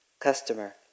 Customer